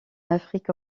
afrique